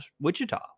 Wichita